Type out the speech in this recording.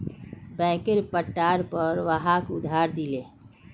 बैंकेर पट्टार पर वहाक उधार दिले